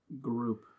group